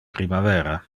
primavera